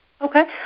Okay